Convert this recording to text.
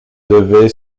devait